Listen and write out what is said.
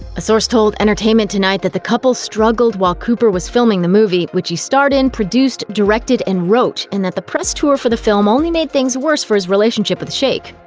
a source told entertainment tonight that the couple struggled while cooper was filming the movie, which he starred in, produced, directed and wrote, and that the press tour for the film only made things worse for his relationship with shayk.